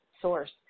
source